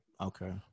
Okay